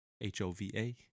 H-O-V-A